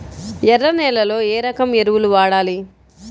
ఎర్ర నేలలో ఏ రకం ఎరువులు వాడాలి?